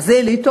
מה זה אליטות,